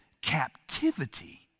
captivity